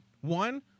One